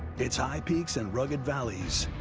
its high peaks and rugged valleys.